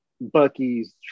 Bucky's